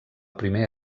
primer